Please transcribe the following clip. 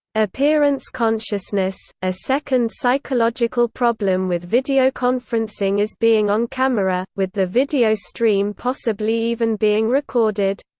appearance consciousness a second psychological problem with videoconferencing is being on camera, with the video stream possibly even being recorded.